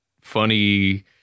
funny